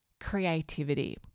creativity